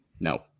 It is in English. No